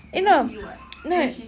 eh no no